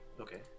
Okay